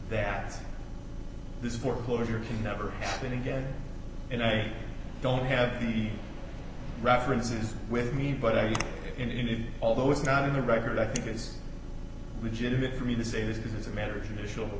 that this foreclosure can never happen again and i don't have the references with me but i'm in it although it's not in the record i think it is legitimate for me to say this is a matter of traditional